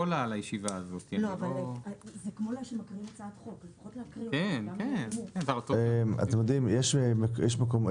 לפני סעיף 1 להצעת החוק יבוא: "מטרת חוק זה לאפשר למפלגת